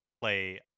play